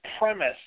premise